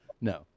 no